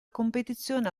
competizione